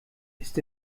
ist